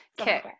Okay